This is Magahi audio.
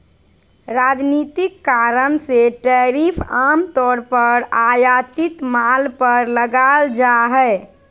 राजनीतिक कारण से टैरिफ आम तौर पर आयातित माल पर लगाल जा हइ